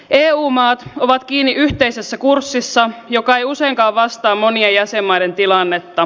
eu maat ovat kiinni yhteisessä kurssissa joka ei useinkaan vastaa monien jäsenmaiden tilannetta